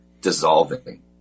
dissolving